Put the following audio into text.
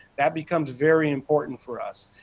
that becomes very important for us.